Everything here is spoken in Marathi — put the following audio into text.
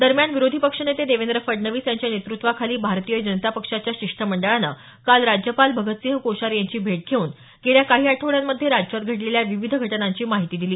दरम्यान विरोधी पक्षनेते देवेंद्र फडणवीस यांच्या नेतृत्वाखाली भारतीय जनता पक्षाच्या शिष्टमंडळानं काल राज्यपाल भगतसिंह कोश्यारी यांची भेट घेऊन गेल्या काही आठवड्यांमध्ये राज्यात घडलेल्या विविध घटनांची माहिती दिली